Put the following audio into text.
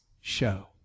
show